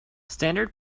standard